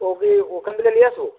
তো কি ওখান থেকে নিয়ে আসব